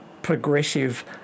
progressive